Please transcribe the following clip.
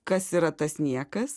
kas yra tas niekas